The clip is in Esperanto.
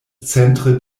centre